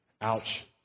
Ouch